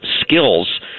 skills